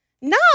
no